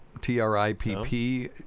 T-R-I-P-P